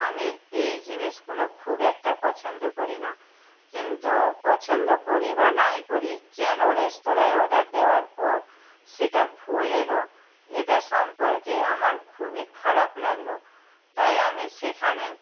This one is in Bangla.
আমি এই জিনিসগুলো খুব একটা পছন্দ করি না কিন্তু পছন্দ করি বা নাই করি কেন রেস্তোরাঁয় অর্ডার দেওয়ার পর সেটা ভুল এলো এটা সম্পর্কে আমার খুবই খারাপ লাগলো তাই আমি সেখানে